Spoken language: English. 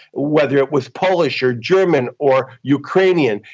whether it was polish or german or ukrainian.